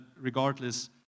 regardless